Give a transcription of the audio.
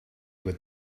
would